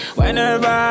whenever